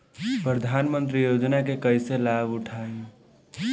प्रधानमंत्री योजना के कईसे लाभ उठाईम?